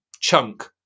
chunk